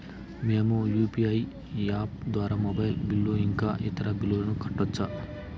మేము UPI app ద్వారా mobile bill ఇంకా ఇతర బిల్లులను కట్టొచ్చు